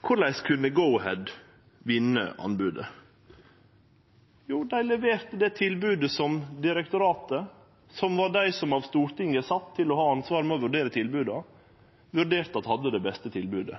Korleis kunne Go-Ahead vinne anbodet? Jo, dei leverte det tilbodet som direktoratet – som er dei som av Stortinget er sette til å ha ansvaret med å vurdere tilboda – vurderte at hadde det beste tilbodet,